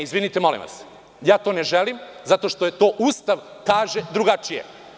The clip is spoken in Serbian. Izvinite, molim vas, ja to ne želim, zato što Ustav kaže drugačije.